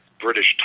British